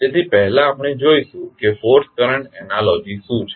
તેથી પહેલા આપણે જોઇશું કે ફોર્સ કરંટ એનાલોજી શું છે